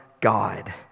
God